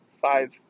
five